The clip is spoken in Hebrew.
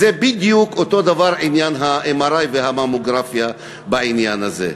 זה בדיוק אותו דבר עם עניין ה-MRI והממוגרפיה בעניין הזה.